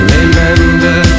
Remember